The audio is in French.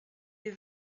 est